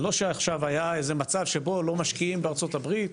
זה לא שעכשיו היה איזה מצב שבו לא משקיעים בארצות הברית,